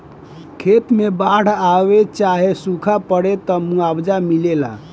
खेत मे बाड़ आवे चाहे सूखा पड़े, त मुआवजा मिलेला